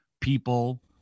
people